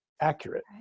accurate